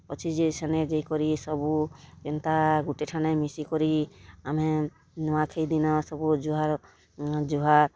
ଅଛେ ଯେ ସେନେ ଯାଇ କରି ସବୁ ଏନ୍ତା ଗୁଟେଠାନେ ମିଶିକରି ଆମେ ନୂଆଖାଇ ଦିନ ସବୁ ଜୁହାର୍ ଜୁହାର୍